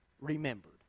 remembered